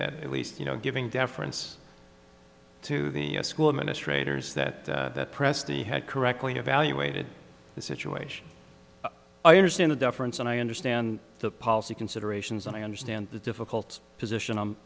that at least you know giving deference to the school administrators that presti had correctly evaluated the situation i understand the difference and i understand the policy considerations and i understand the difficult position